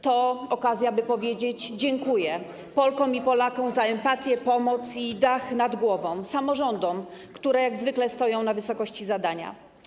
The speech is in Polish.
To okazja, by powiedzieć ˝dziękuję˝ Polkom i Polakom za empatię, pomoc i dach nad głową, samorządom, które jak zwykle stoją na wysokości zadania.